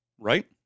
right